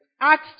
Acts